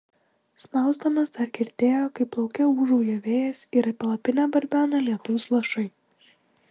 snausdamas dar girdėjo kaip lauke ūžauja vėjas ir į palapinę barbena lietaus lašai